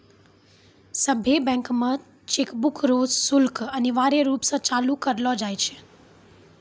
सभ्भे बैंक मे चेकबुक रो शुल्क अनिवार्य रूप से लागू करलो जाय छै